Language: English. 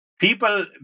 People